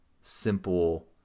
simple